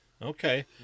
Okay